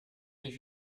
nicht